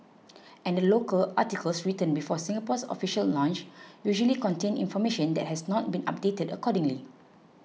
and the local articles written before Singapore's official launch usually contain information that has not been updated accordingly